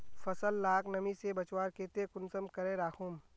फसल लाक नमी से बचवार केते कुंसम करे राखुम?